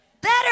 Better